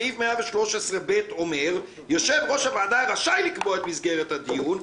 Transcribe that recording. סעיף 113(ב) אומר: "יושב ראש הוועדה רשאי לקבוע את מסגרת הדיון,